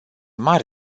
mari